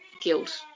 guilt